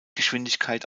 geschwindigkeit